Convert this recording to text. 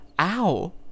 ow